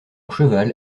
cheval